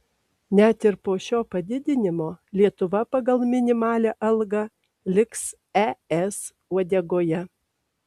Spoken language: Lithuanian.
net ir po šio padidinimo lietuva pagal minimalią algą liks es uodegoje